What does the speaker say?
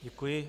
Děkuji.